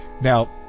now